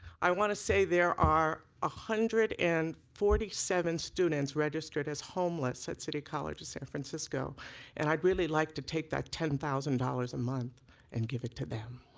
i want to say there are one ah hundred and forty seven students registered as homeless at city college of san francisco and i really like to take that ten thousand dollars a month and give it to them.